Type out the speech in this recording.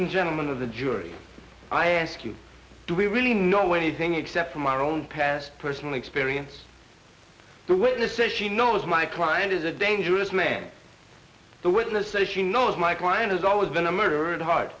and gentlemen of the jury i ask you do we really know anything except from our own past personal experience the witness says she knows my client is a dangerous man the witness says she knows my client has always been a murderer and hard